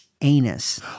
anus